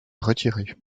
retiré